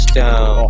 down